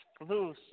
exclusive